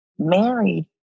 Married